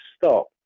stop